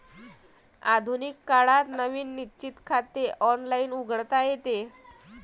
आधुनिक काळात नवीन निश्चित खाते ऑनलाइन उघडता येते